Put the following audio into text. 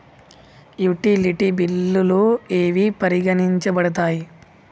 Utility బిల్లులు ఏవి పరిగణించబడతాయి?